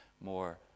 more